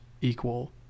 equal